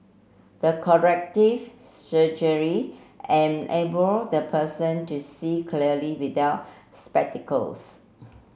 the corrective surgery enable the person to see clearly without spectacles